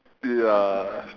ya